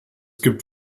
gibt